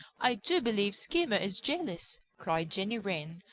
i do believe skimmer is jealous, cried jenny wren,